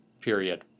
period